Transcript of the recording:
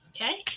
okay